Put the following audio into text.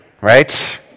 right